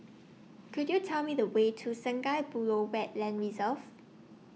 Could YOU Tell Me The Way to Sungei Buloh Wetland Reserve